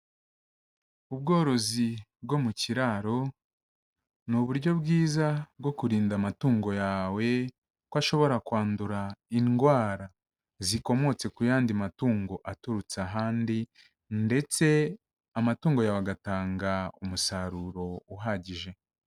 Ubworozi bwo mu kiraro ni uburyo bwiza bwo kurinda amatungo yawe ko ashobora kwandura indwara zikomotse ku yandi matungo aturutse ahandi, ndetse amatungo yawe agatanga umusaruro uhagije.